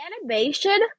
Animation